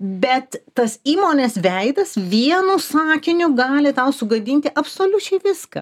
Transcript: bet tas įmonės veidas vienu sakiniu gali tau sugadinti absoliučiai viską